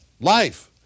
life